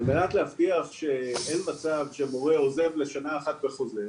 על מנת להבטיח שאין מצב שמורה עוזב לשנה אחת וחוזר,